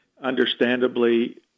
understandably